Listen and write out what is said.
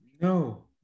No